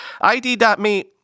ID.me